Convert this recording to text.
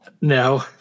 No